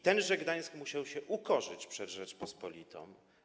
Tenże Gdańsk musiał się ukorzyć przed Rzecząpospolitą.